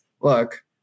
look